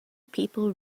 people